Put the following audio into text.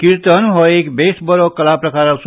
किर्तन हो एक बेस बरो कला प्रकार आसा